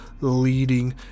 leading